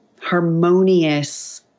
harmonious